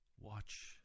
watch